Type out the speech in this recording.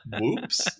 Whoops